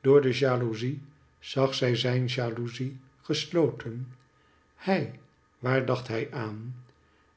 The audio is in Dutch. door dejalouzie zag zij zijn jalouzie gesloten hij waar dacht hij aan